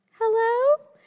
hello